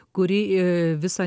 kuri visą